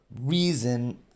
reason